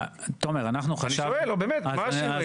אני שואל, לא באמת, מה השינוי?